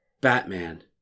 Batman